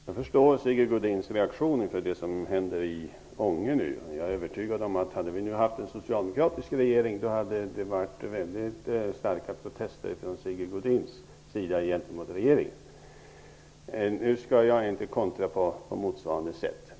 Fru talman! Jag förstår Sigge Godins reaktion inför det som händer i Ånge. Jag är övertygad om att hade vi haft en socialdemokratisk regering hade vi fått höra mycket starka protester från Sigge Godins sida gentemot regeringen. Nu skall jag inte kontra på motsvarande sätt.